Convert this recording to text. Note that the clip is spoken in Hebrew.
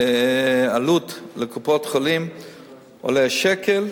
העלות לקופות-חולים היא שקל,